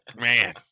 Man